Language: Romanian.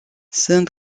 sunt